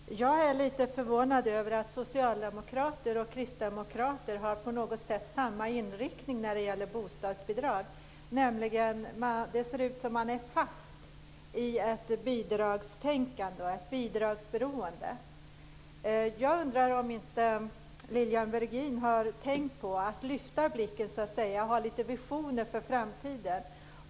Herr talman! Jag är lite förvånad över att socialdemokrater och kristdemokrater på ett sätt har samma inriktning när det gäller bostadsbidrag. Det ser ut som om de är fast i ett bidragstänkande. Jag undrar om inte Lilian Virgin har tänkt på att lyfta blicken och ha visioner för framtiden.